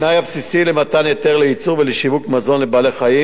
התנאי הבסיסי למתן היתר לייצור ושיווק של מזון לבעלי-חיים